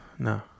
No